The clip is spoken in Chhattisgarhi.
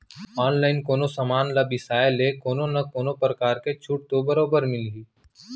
ऑनलाइन कोनो समान ल बिसाय ले कोनो न कोनो परकार के छूट तो बरोबर मिलही